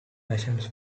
passions